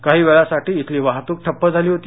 काही वेळासाठी इथली वाहतूक ठप्प झाली होती